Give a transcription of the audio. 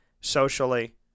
socially